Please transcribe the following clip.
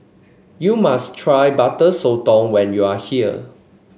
you must try Butter Sotong when you are here